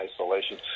isolation